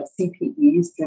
CPEs